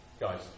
Guys